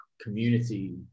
community